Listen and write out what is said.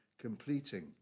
Completing